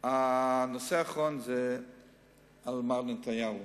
הנושא האחרון הוא מר נתניהו.